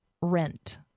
rent